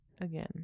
again